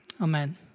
amen